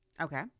Okay